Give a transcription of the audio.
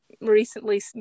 recently